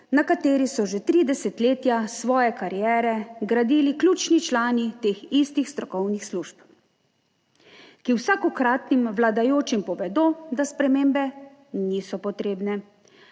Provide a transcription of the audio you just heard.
na kateri so že tri desetletja svoje kariere gradili ključni člani teh istih strokovnih služb, ki vsakokratnim vladajočim povedo, da spremembe niso potrebne,